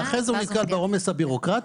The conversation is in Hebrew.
ואחרי זה הוא נתקל בעומס הבירוקרטי,